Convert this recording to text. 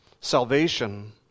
salvation